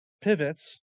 pivots